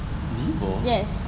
yes